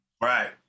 Right